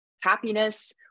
happiness